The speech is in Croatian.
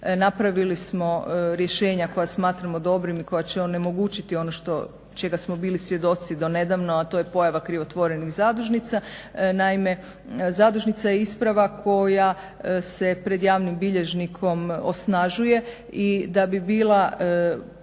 napravili smo rješenja koja smatramo dobrim i koja će onemogućiti ono što, čega smo bili svjedoci do nedavno, a to je pojava krivotvorenih zadužnica. Naime, zadužnica je isprava koja se pred javnim bilježnikom osnažuje i da bi bila